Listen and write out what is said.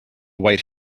white